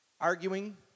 arguing